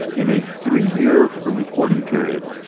ah in a three-year reporting period,